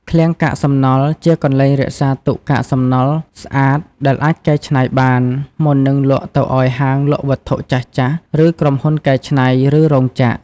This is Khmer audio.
ឃ្លាំងកាកសំណល់ ជាកន្លែងរក្សាទុកកាកសំណល់ស្អាតដែលអាចកែច្នៃបាន មុននឹងលក់ទៅឲ្យហាងលក់វត្ថុចាស់ៗ ក្រុមហ៊ុនកែច្នៃ ឬរោងចក្រ។